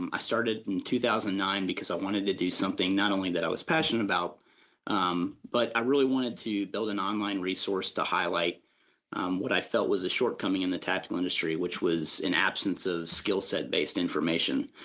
um i started in two thousand and nine because i wanted to do something not only that i was passionate about um but i really wanted to build an online resource to highlight what i felt was a shortcoming in the tactical industry which was an absence of skill set based information.